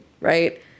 right